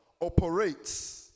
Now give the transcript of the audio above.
operates